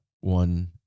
one